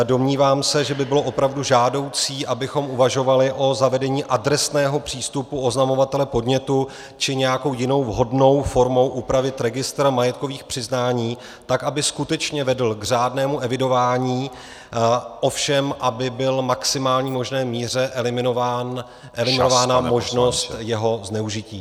Domnívám se, že by bylo opravdu žádoucí, abychom uvažovali o zavedení adresného přístupu oznamovatele podnětu, či nějakou jinou vhodnou formou upravit registr majetkových přiznání tak, aby skutečně vedl k řádnému evidování, ovšem aby byla v maximální možné míře eliminována možnost jeho zneužití.